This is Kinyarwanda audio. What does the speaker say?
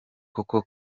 koko